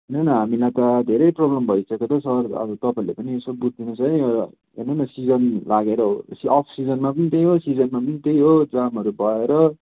हेर्नु न हामीलाई त धेरै प्रोब्लम भइसक्यो त हौ सर अब तपाईँहरूले पनि यसो बुझिदिनुहोस् है हेर्नु न सिजन लागेर अफ सिजनमा पनि त्यही हो सिजनमा पनि त्यही हो जामहरू भएर